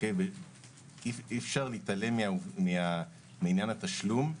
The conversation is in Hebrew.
אי-אפשר להתעלם מעניין התשלום,